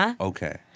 Okay